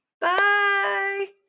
Bye